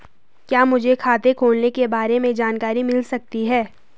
क्या मुझे खाते खोलने के बारे में जानकारी मिल सकती है?